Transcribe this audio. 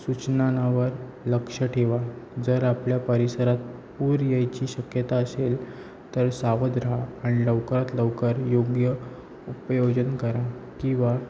सूचनावर लक्ष ठेवा जर आपल्या परिसरात पूर यायची शक्यता असेल तर सावध रहा आणि लवकरात लवकर योग्य उपाययोजना करा किंवा